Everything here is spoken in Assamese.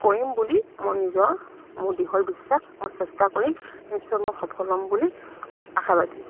কৰিম বুলি মই নিজৰ মোৰ দৃঢ় বিশ্বাস মই চেষ্টা কৰিম নিশ্চয় মই সফল হ'ম বুলি আশাবাদী